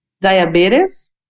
Diabetes